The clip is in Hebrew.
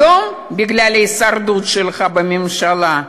היום, בגלל ההישרדות שלך בממשלה,